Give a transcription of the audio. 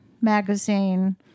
magazine